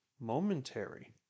momentary